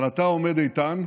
אבל אתה עומד איתן,